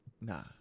Nah